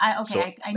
Okay